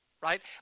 right